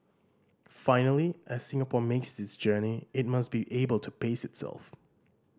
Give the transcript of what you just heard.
finally as Singapore makes this journey it must be able to pace itself